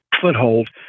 foothold